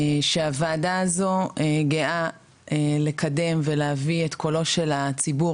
שהוועדה הזאת גאה לקדם ולהביא את קולו של הציבור,